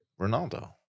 Ronaldo